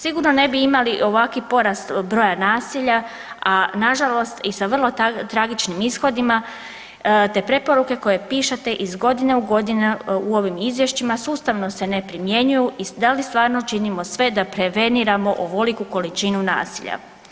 Sigurno ne bi imali ovaki porast broja nasilja, a na žalost i sa vrlo tragičnim ishodima te preporuke koje pišete iz godine u godinu u ovim izvješćima sustavno se ne primjenjuju i da li stvarno činimo sve da preveniramo ovoliku količinu nasilja.